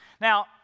Now